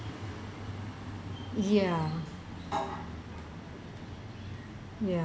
ya ya